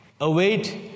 await